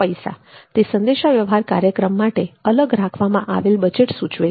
પૈસા તે સંદેશાવ્યવહાર કાર્યક્રમ માટે અલગ રાખવામાં આવેલ બજેટ સૂચવે છે